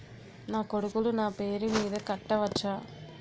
నా కొడుకులు నా పేరి మీద కట్ట వచ్చా?